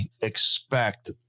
expect